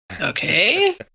okay